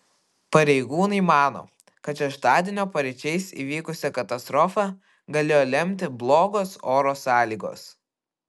pareigūnai mano kad šeštadienio paryčiais įvykusią katastrofą galėjo lemti blogos oro sąlygos